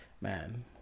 man